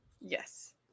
Yes